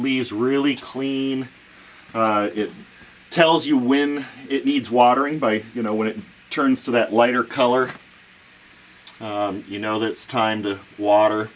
leaves really clean it tells you when it needs watering by you know when it turns to that lighter color you know that it's time to water